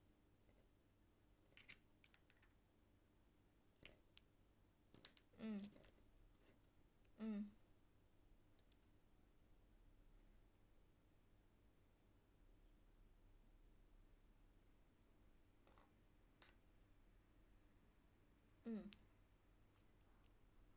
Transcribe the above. mm mm mm